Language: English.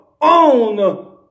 own